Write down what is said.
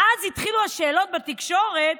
ואז התחילו השאלות בתקשורת,